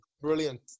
brilliant